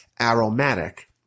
aromatic